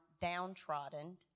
downtrodden